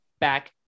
back